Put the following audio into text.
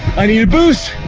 i need boost.